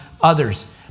others